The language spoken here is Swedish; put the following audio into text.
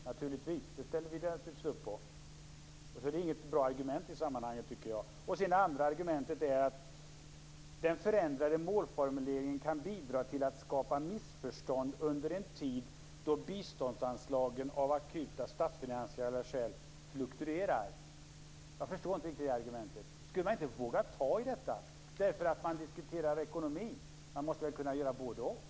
Det ställer vi naturligtvis upp på. Det är inget bra argument i sammanhanget. Det andra argumentet är att den förändrade målformuleringen kan bidra till att skapa missförstånd under en tid då biståndsanslagen av akuta statsfinansiella skäl flukturerar. Jag förstår inte riktigt det argumentet. Skulle man inte våga ta i detta därför att man diskuterar ekonomi? Man måste väl kunna göra både och?